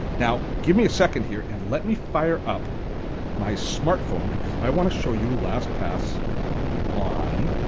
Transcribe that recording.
now give me a second here and let me fire up my smartphone because i want to show you lastpass on